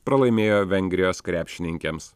pralaimėjo vengrijos krepšininkėms